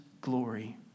glory